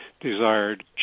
desired